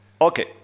Okay